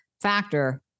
factor